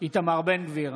איתמר בן גביר,